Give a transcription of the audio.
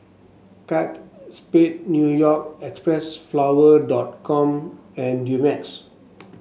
Kate Spade New York Xpressflower dot com and Dumex